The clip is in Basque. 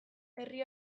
herri